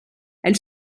elle